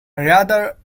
rather